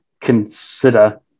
consider